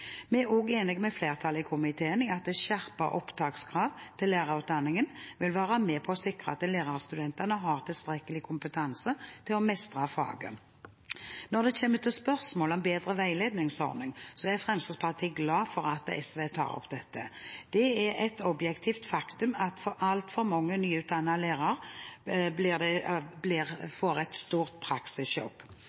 Vi er også enig med flertallet i komiteen i at skjerpede opptakskrav til lærerutdanningen vil være med på å sikre at lærerstudentene har tilstrekkelig kompetanse til å mestre fagene. Når det kommer til spørsmålet om bedre veiledningsordning, er Fremskrittspartiet glad for at SV tar opp dette. Det er et objektivt faktum at altfor mange nyutdannede lærere får et stort «praksissjokk». Slik har det